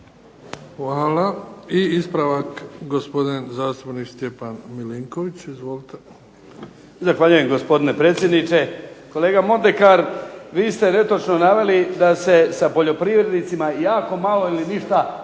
Hvala. I ispravak gospodin zastupnik Stjepan Milinković. Izvolite. **Milinković, Stjepan (HDZ)** Zahvaljujem gospodine predsjedniče. Kolega Mondekar vi ste netočno naveli da se sa poljoprivrednicima jako malo ili ništa